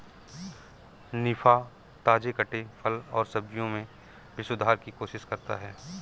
निफा, ताजे कटे फल और सब्जियों में भी सुधार की कोशिश करता है